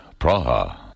Praha